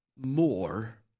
more